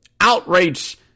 outrage